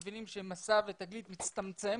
אנחנו מבינים ש'מסע' ו'תגלית' מצטמצם,